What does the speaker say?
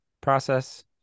process